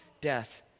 death